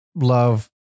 love